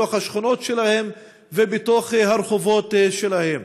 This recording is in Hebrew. בתוך השכונות שלהם וברחובות שלהם.